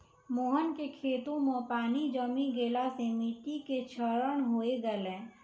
मोहन के खेतो मॅ पानी जमी गेला सॅ मिट्टी के क्षरण होय गेलै